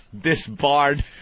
disbarred